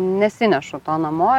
nesinešu to namo